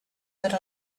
per